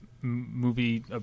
movie